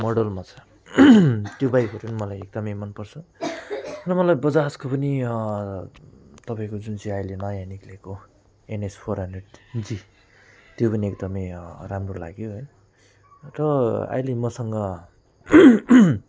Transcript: मोडलमा छ त्यो बाइकहरू नि मलाई एकदमै मन पर्छ र मलाई बजाजको पनि तपाईँको जुन चाहिँ अहिले नयाँ निक्लिएको एनएस फोर हन्ड्रेड जी त्यो पनि एकदमै राम्रो लाग्यो है र अहिले मसँग